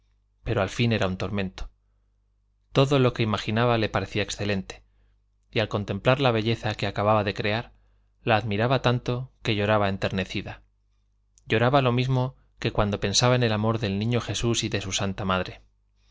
pero al fin era un tormento todo lo que imaginaba le parecía excelente y al contemplar la belleza que acababa de crear la admiraba tanto que lloraba enternecida lloraba lo mismo que cuando pensaba en el amor del niño jesús y de su santa madre